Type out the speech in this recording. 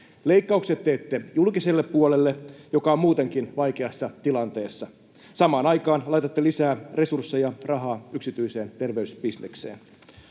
Leikkaukset teette julkiselle puolelle, joka on muutenkin vaikeassa tilanteessa. Samaan aikaan laitatte lisää resursseja, rahaa, yksityiseen terveysbisnekseen.